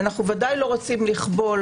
אנו ודאי לא רוצים לכבול